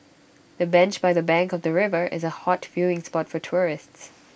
the bench by the bank of the river is A hot viewing spot for tourists